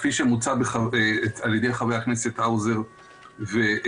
כפי שמוצע על ידי חברי הכנסת האוזר וסער.